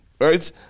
right